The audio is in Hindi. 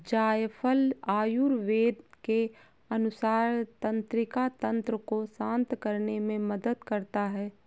जायफल आयुर्वेद के अनुसार तंत्रिका तंत्र को शांत करने में मदद करता है